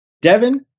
Devin